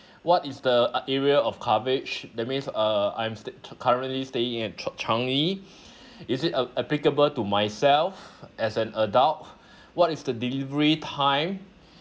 what is the uh area of coverage that means uh I'm stay t~ currently staying at cha~ changi is it a~ applicable to myself as an adult what is the delivery time